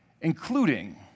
Including